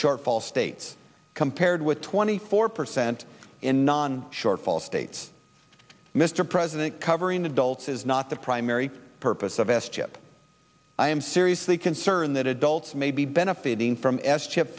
shortfall states compared with twenty four percent in non shortfalls states mr president covering the dolts is not the primary purpose of s chip i am seriously concerned that adults may be benefiting from s chip